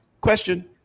Question